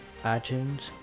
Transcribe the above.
iTunes